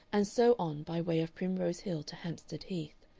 and so on by way of primrose hill to hampstead heath.